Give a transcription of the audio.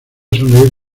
sonreír